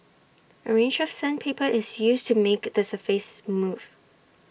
A range of sandpaper is used to make the surface smooth